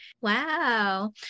Wow